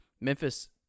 Memphis